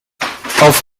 auf